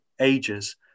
ages